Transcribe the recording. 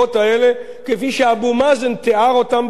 כפי שאבו מאזן תיאר אותן באותו ריאיון?